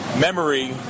memory